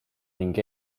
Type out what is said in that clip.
ning